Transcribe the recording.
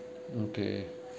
okay